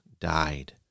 died